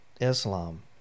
Islam